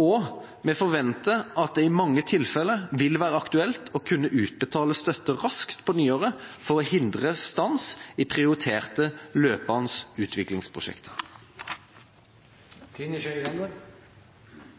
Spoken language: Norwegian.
Og: Vi forventer at det i mange tilfeller vil være aktuelt å kunne utbetale støtte raskt på nyåret for å hindre stans i prioriterte, løpende utviklingsprosjekter.